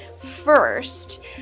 first